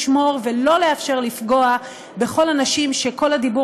לשמור ולא לאפשר לפגוע בכל הנשים שכל הדיבור